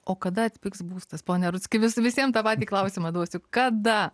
o kada atpigs būstas pone rudzki vis visiem tą patį klausimą duosiu kada